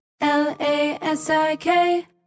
L-A-S-I-K